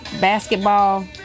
Basketball